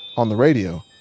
on the radio,